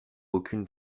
aucune